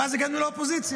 ואז הגענו לאופוזיציה.